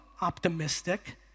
optimistic